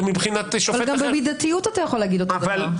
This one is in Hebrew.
ומבחינת שופט אחר --- גם במידתיות אתה יכול להגיד אותו דבר.